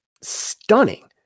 stunning